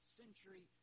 century